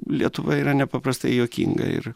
lietuva yra nepaprastai juokinga ir